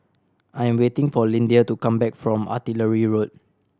I am waiting for Lyndia to come back from Artillery Road